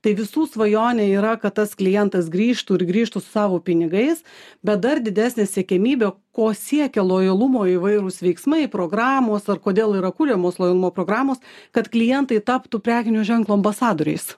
tai visų svajonė yra kad tas klientas grįžtų ir grįžtų su savo pinigais bet dar didesnė siekiamybė ko siekia lojalumo įvairūs veiksmai programos ar kodėl yra kuriamos lojalumo programos kad klientai taptų prekinių ženklų ambasadoriais